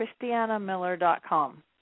christianamiller.com